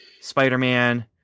Spider-Man